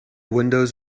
windows